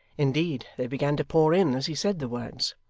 indeed they began to pour in as he said the words